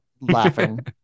laughing